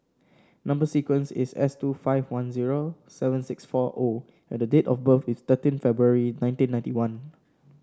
number sequence is S two five one zero seven six four O and the date of birth is thirteen February nineteen ninety one